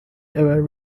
ever